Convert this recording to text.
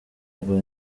rwa